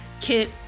kit